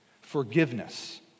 Forgiveness